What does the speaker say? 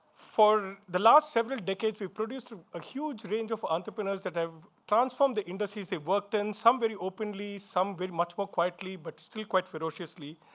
for the last several decades, we've produced a huge range of entrepreneurs that have transformed the industries they've worked in, some very openly, some very much more quietly, but still quite ferociously.